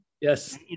Yes